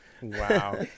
Wow